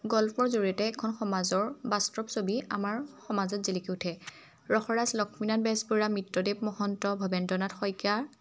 গল্পৰ জৰিয়তে এখন সমাজৰ বাস্তৱ ছবি আমাৰ সমাজত জিলিকি উঠে ৰসৰাজ লক্ষ্মীনাথ বেজবৰুৱা মিত্ৰদেৱ মহন্ত ভৱেন্দ্ৰনাথ শইকীয়া